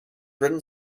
written